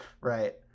right